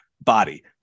body